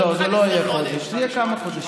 לא, זה לא יהיה חודש, זה יהיה כמה חודשים.